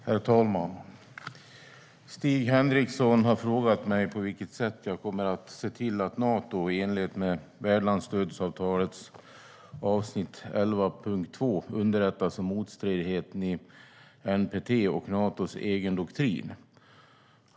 Herr talman! Stig Henriksson har frågat mig på vilket sätt jag kommer att se till att Nato i enlighet med värdlandsstödsavtalets avsnitt 11.2 underrättas om motstridigheten i NPT och Natos egen doktrin.